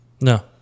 No